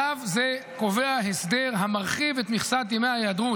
צו זה קובע הסדר המרחיב את מכסת ימי ההיעדרות